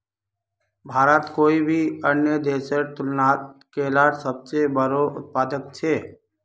भारत कोई भी अन्य देशेर तुलनात केलार सबसे बोड़ो उत्पादक छे